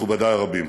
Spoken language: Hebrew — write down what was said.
מכובדי הרבים,